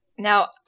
Now